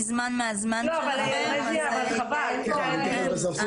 אתם כבר חרגתם מזמן מהזמן ויש לנו